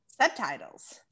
subtitles